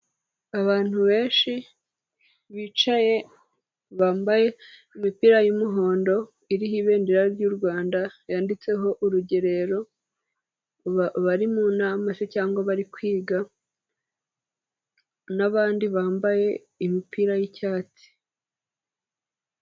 Abantu benshi bicaye, bambaye imipira y'umuhondo iriho ibendera ry'u Rwanda, yanditseho urugerero, bari mu nama si cyangwa bari kwiga, n'abandi bambaye imipira y'icyatsi.